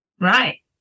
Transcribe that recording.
Right